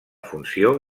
funció